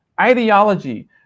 ideology